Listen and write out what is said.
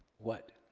what?